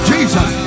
Jesus